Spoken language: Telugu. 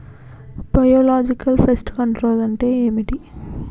బయోలాజికల్ ఫెస్ట్ కంట్రోల్ అంటే ఏమిటి?